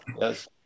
Yes